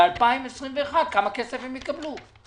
ב-2021, כמה כסף הם יקבלו?